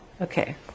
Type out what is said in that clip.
Okay